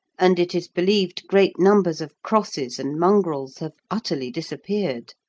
and, it is believed, great numbers of crosses and mongrels have utterly disappeared.